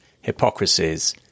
hypocrisies